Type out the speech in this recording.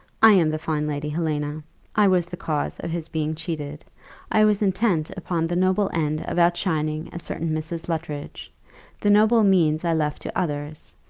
i am the fine lady, helena i was the cause of his being cheated i was intent upon the noble end of outshining a certain mrs. luttridge the noble means i left to others,